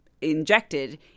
injected